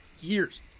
Years